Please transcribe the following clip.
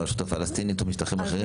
מהרשות הפלסטינית או משטחים אחרים?